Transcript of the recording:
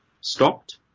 stopped